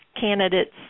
candidates